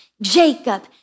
Jacob